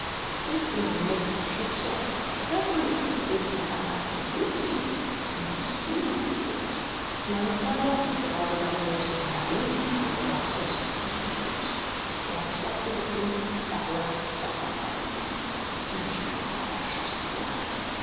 ich bin nur ein mäßiger schütze aber dieser mann ist der berühmte bana bunduki dessen büchse niemals fehlt manchmal doch und gerade dann wo es am allerwenigsten angebracht ist meinte jobst erb sagte bestimmt verlaß dich darauf fatima daß die menschenfresser erschossen werden